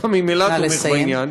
כי אתה ממילא תומך בעניין,